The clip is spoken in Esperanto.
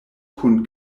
kun